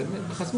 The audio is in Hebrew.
כל התהליכים